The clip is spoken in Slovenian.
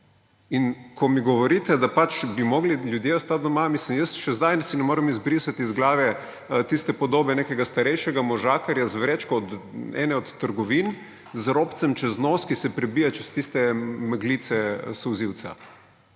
In ko mi govorite, da pač bi morali ljudje ostati doma, mislim, še zdaj si ne morem izbrisati iz glave tiste podobe nekega starejšega možakarja z vrečko od ene od trgovin, z robcem čez nos, ki se prebija čez tiste meglice solzivca.